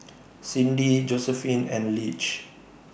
Cindi Josephine and Lige